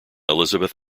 elizabeth